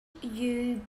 you